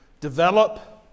develop